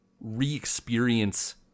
re-experience